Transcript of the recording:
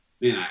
man